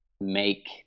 make